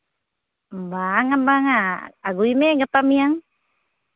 ᱵᱟᱝᱼᱟ ᱵᱟᱝᱼᱟ ᱟᱹᱜᱩᱭ ᱢᱮ ᱜᱟᱯᱟ ᱢᱮᱭᱟᱝ